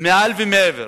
מעל ומעבר.